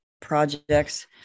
projects